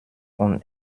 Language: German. und